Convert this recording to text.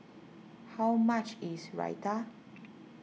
how much is Raita